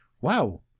Wow